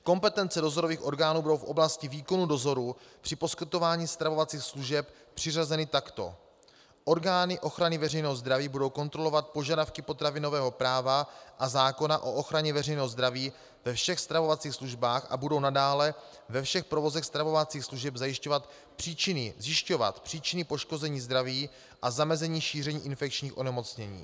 Kompetence dozorových orgánů budou v oblasti výkonu dozoru při poskytování stravovacích služeb přiřazeny takto: Orgány ochrany veřejného zdraví budou kontrolovat požadavky potravinového práva a zákona o ochraně veřejného zdraví ve všech stravovacích službách a budou nadále ve všech provozech stravovacích služeb zjišťovat příčiny poškození zdraví a zamezení šíření infekčních onemocnění.